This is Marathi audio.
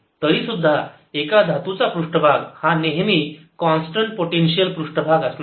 तरीसुद्धा एका धातूचा पृष्ठभाग हा नेहमी कॉन्स्टंट पोटेन्शियल पृष्ठभाग असणार आहे